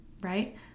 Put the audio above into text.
right